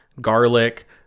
garlic